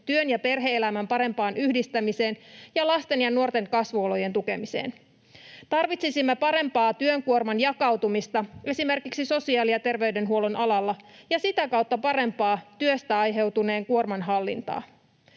työn ja perhe-elämän parempaan yhdistämiseen ja lasten ja nuorten kasvuolojen tukemiseen. Tarvitsisimme parempaa työn kuorman jakautumista esimerkiksi sosiaali- ja terveydenhuollon alalla ja sitä kautta parempaa työstä aiheutuneen kuorman hallintaa.